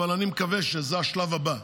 אבל אני מקווה שזה השלב הבא.